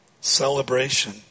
celebration